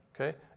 okay